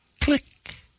Click